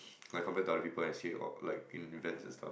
like compared to other people actually like in events and stuff